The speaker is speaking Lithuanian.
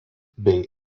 bei